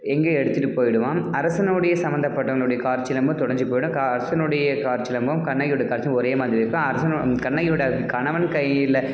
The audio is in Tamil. எங்கேயோ எடுத்துகிட்டு போயிடுவான் அரசனுடைய சம்பந்தப்பட்டவங்களுடைய காற்சிலம்பும் தொலைஞ்சு போயிடும் க அரசனுடைய காற்சிலம்பும் கண்ணகியோடய காற்சிலம்பும் ஒரே மாதிரி இருக்கும் அரசன் கண்ணகியோடய கணவன் கையில